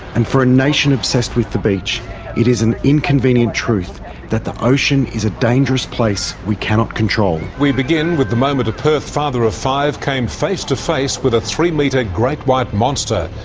and for a nation obsessed with the beach it is an inconvenient truth that the ocean is a dangerous place we cannot control. we begin with the moment a perth father of five came face to face with a three-metre great white monster.